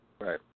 Right